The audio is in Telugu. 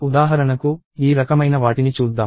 ఉదాహరణకు ఈ రకమైన వాటిని చూద్దాం